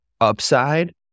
upside